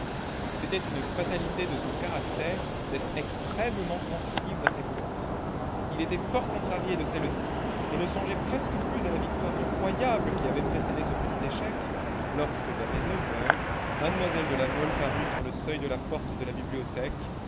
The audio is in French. c'était une fatalité de son caractère d'être extrêmement sensible à ses fautes il était fort contrarié de celle-ci et ne songeait presque plus à la victoire incroyable qui avait précédé ce petit échec lorsque vers les neuf heures mlle de la mole parut sur le seuil de la porte de la bibliothèque